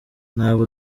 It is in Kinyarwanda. ntabwo